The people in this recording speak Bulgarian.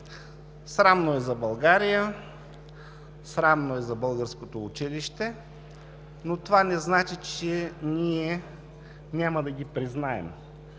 Срамно е за България, срамно е за българското училище, но това не значи, че ние няма да ги признаем.